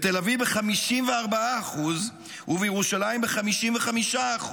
בתל אביב, ב-54% ובירושלים, ב-55%.